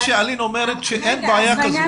מה שאלין אומרת, שאין בעיה כזו.